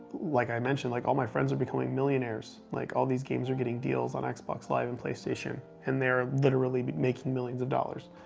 like i mentioned, like all my friends were becoming millionaires. like all these games were getting deals on xbox live and playstation. and they literally but making millions of dollars,